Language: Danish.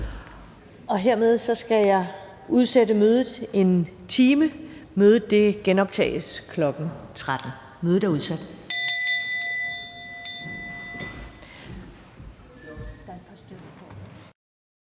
Hermed skal jeg udsætte mødet 1 time. Det genoptages i dag kl. 13.00. Mødet er udsat.